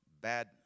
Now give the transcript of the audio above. bad